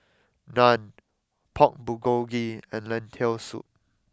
Naan Pork Bulgogi and Lentil Soup